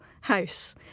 house